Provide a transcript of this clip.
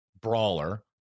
brawler